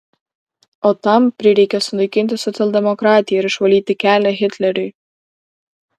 o tam prireikė sunaikinti socialdemokratiją ir išvalyti kelią hitleriui